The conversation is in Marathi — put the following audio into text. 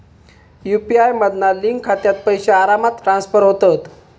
यु.पी.आय मधना लिंक खात्यात पैशे आरामात ट्रांसफर होतत